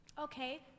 Okay